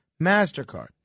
MasterCard